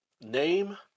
Name